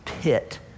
pit